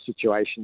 situation